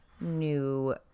new